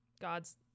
God's